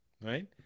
right